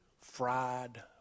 fried